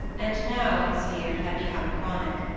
and now, it was feared, had become chronic.